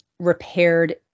repaired